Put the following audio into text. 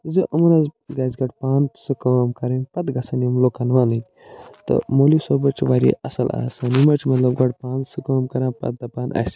زِ إمن حظ گَژھِ گۄڈٕ پانہٕ سہٕ کٲم کَرٕنۍ پتہٕ گَژھن یِم لوکَن وَنٕنۍ تہٕ مولی صٲب حظ چھِ وارِیاہ اَصٕل آسان یِم حظ چھِ مطلب گۄڈٕ پانہٕ سٕہ کٲم کَران پتہٕ دَپان اَسہِ